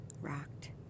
rocked